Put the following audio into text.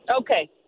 okay